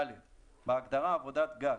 בהגדרה "עבודת גז",